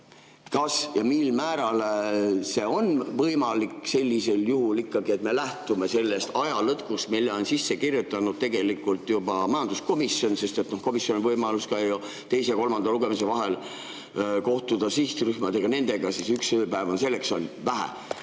Kas ja mil määral see on võimalik sellisel juhul ikkagi, et me lähtume sellest ajalõtkust, mille on sisse kirjutanud tegelikult juba majanduskomisjon? Sest komisjonil on ju võimalus ka teise ja kolmanda lugemise vahel kohtuda sihtrühmadega, selleks on siis üks ööpäev, seda on vähe.